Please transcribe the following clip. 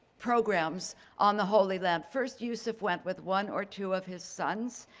programs on the holy land. first yosef went with one or two of his sons.